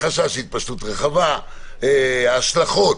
חשש להתפשטות רחבה, השלכות